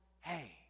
hey